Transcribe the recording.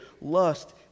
lust